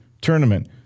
tournament